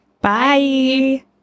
Bye